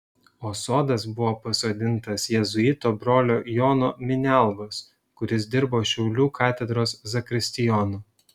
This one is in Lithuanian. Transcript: o sodas buvo pasodintas jėzuito brolio jono minialgos kuris dirbo šiaulių katedros zakristijonu